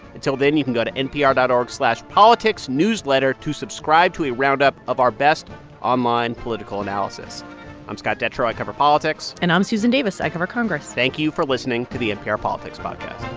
until then, you can go to npr dot org slash politicsnewsletter to subscribe to a roundup of our best online political analysis i'm scott detrow. i cover politics and i'm susan davis. i cover congress thank you for listening to the npr politics podcast